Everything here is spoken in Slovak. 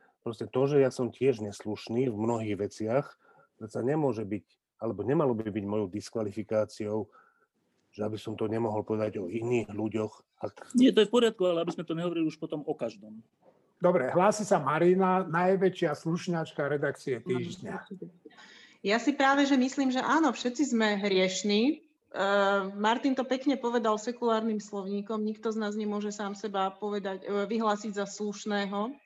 Proste to, že ja som tiež neslušný v mnohých veciach, predsa nemôže byť, alebo nemalo by byť mojou diskvalifikáciou, že aby som to nemohol povedať o iných ľuďoch, a- Nie, to je v poriadku, ale aby sme to nehovorili už potom o každom. Dobre, hlási sa Marina, najväčšia slušňačka redakcie Áno, týždňa. určite. Ja si práve, že myslím, že áno, všetci sme hriešni. Eh, Martin to pekne povedal sekulárnym slovníkom, nikto z nás nemôže sám seba povedať- eh, vyhlásiť za slušného.